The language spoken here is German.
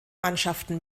mannschaften